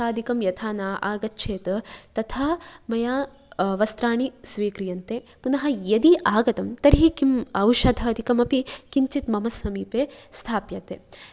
खासादिकं यथा न आगच्छेत् तथा मया वस्त्राणि स्वीक्रियन्ते पुनः यदि आगतं तर्हि किं औषदाधिकमपि किञ्चित् मम समीपे स्थाप्यते